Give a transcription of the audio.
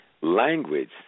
language